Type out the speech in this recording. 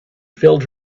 filled